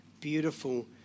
beautiful